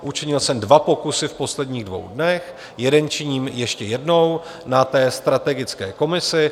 Učinil jsem dva pokusy v posledních dvou dnech, jeden učiním ještě jednou na té strategické komisi.